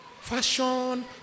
Fashion